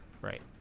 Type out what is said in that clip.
Right